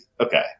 okay